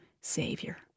Savior